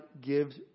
gives